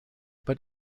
but